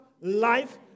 life